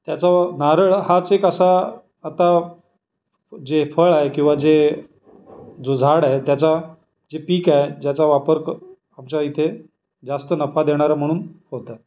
त्याचा नारळ हाच एक असा आता जे फळ आहे किंवा जे जो झाड आहे त्याचा जे पीक आहे ज्याचा वापर क आमच्या इथे जास्त नफा देणारं म्हणून होतो